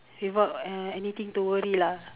without uh anything to worry lah